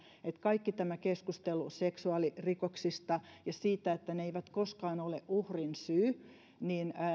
kaikki tämä keskustelu seksuaalirikoksista ja siitä että ne eivät koskaan ole uhrin syy